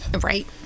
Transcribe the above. Right